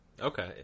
Okay